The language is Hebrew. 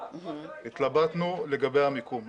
התלבטנו לגבי המיקום.